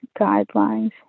guidelines